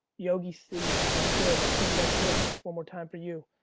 yogi c, what's good? saint love kick, one more time for you.